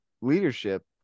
leadership